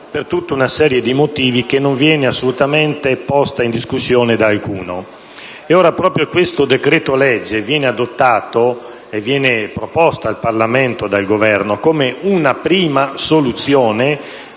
per una serie di motivi che non vengono assolutamente posti in discussione da alcuno. Proprio il decreto-legge in esame viene proposto al Parlamento dal Governo come una prima soluzione